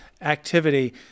activity